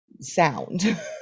sound